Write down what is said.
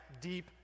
deep